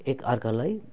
एकअर्कालाई